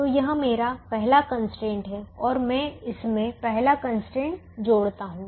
तो यह मेरा पहला कंस्ट्रेंट है और मैं इसमें पहला कंस्ट्रेंट जोड़ता हूं